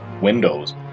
windows